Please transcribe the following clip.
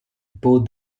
both